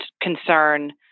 concern